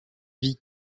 vie